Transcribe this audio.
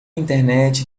internet